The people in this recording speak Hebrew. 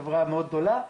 חברה מאוד גדולה,